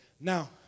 Now